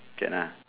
can ah